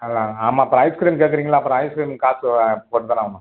அதல்லாம் ஆமாப்பா ஐஸ்கிரீம் கேட்குறீங்கல்ல அப்புறோம் ஐஸ்கிரீம்க்கு காசு போட்டு தானே ஆகணும்